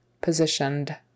Positioned